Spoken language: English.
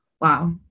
Wow